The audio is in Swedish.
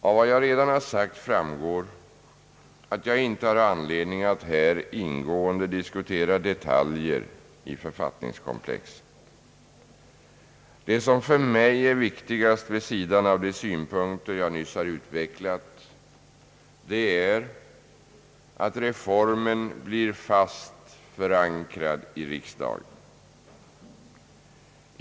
Av vad jag redan har sagt framgår att jag inte har anledning att här ingående diskutera detaljer i författningskomplexet. Det som för mig är viktigast vid sidan av de synpunkter jag nyss har utvecklat är att reformen blir fast förankrad i riksdagen.